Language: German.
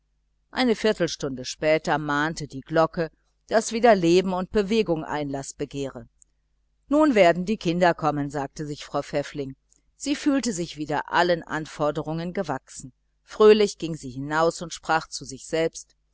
eine viertelstunde später mahnte die glocke daß wieder leben und bewegung einlaß begehre nun werden die kinder kommen sagte sich frau pfäffling sie fühlte sich wieder allen anforderungen gewachsen fröhlich ging sie hinaus und sprach zu sich selbst